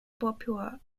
popular